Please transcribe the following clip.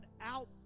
out